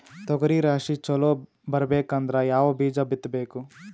ತೊಗರಿ ರಾಶಿ ಚಲೋ ಬರಬೇಕಂದ್ರ ಯಾವ ಬೀಜ ಬಿತ್ತಬೇಕು?